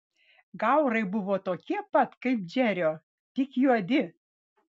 gaurai buvo tokie pat kaip džerio tik juodi